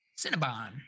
Cinnabon